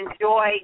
enjoy